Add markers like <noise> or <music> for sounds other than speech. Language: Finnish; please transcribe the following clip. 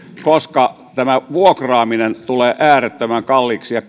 koska vuokraaminen tulee äärettömän kalliiksi ja <unintelligible>